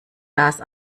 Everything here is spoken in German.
das